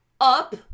up